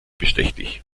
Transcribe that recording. bestechlich